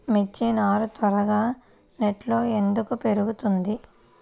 మిర్చి నారు త్వరగా నెట్లో ఎందుకు పెరుగుతుంది?